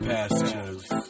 Pastures